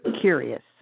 curious